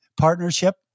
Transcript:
partnership